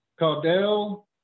Caudell